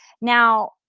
Now